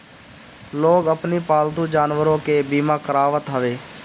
लोग अपनी पालतू जानवरों के बीमा करावत हवे